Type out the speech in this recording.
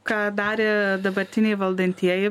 ką darė dabartiniai valdantieji